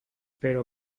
pero